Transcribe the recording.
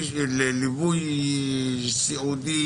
לליווי סיעודי,